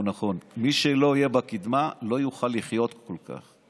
והוא נכון: מי שלא יהיה בקִדמה לא יוכל לחיות כל כך.